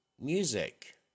music